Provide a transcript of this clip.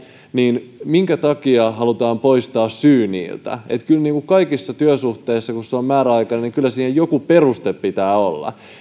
niin minkä takia halutaan poistaa syy niiltä kyllä kaikissa työsuhteissa kun se on määräaikainen siihen pitää olla joku